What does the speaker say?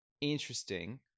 Interesting